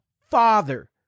Father